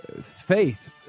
faith